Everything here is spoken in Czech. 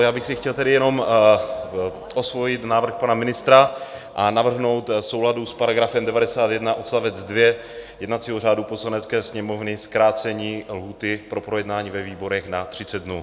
Já bych si chtěl tady jenom osvojit návrh pana ministra a navrhnout v souladu s § 91 odst. 2 jednacího řádu Poslanecké sněmovny zkrácení lhůty pro projednání ve výborech na 30 dnů.